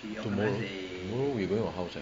tomorrow tomorrow we going your house leh